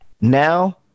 now